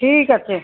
ঠিক আছে